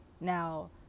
Now